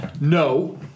No